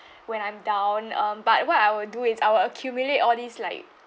when I'm down um but what I will do is I will accumulate all these like